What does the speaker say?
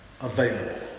available